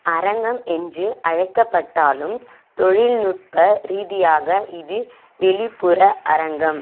அரங்கம் என்று அழைக்கப்பட்டாலும் தொழில்நுட்ப ரீதியாக இது வெளிப்புற அரங்கம்